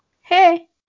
hey